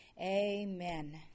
Amen